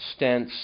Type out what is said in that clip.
stents